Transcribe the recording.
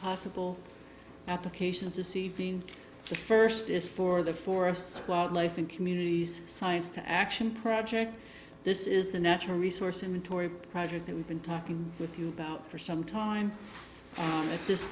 possible applications this evening the first is for the forests wildlife and communities science to action project this is the natural resource inventory project that we've been talking with you about for some time at this